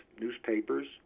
newspapers